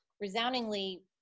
resoundingly